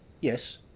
Yes